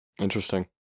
Interesting